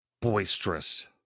boisterous